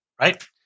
Right